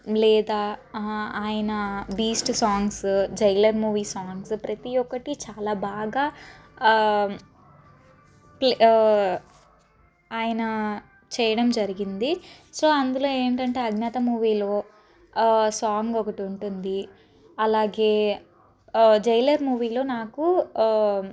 లేదా ఆయన Beast songs Jailer movie songs ప్రతి ఒక్కటి చాలా బాగా ఆయన చేయడం జరిగింది సో అందులో ఏంటంటే అజ్ఞాత మూవీలో సాంగ్ ఒకటి ఉంటుంది అలాగే జైలర్ మూవీలో నాకు